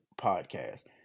podcast